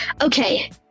Okay